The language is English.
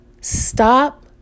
Stop